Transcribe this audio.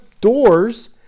doors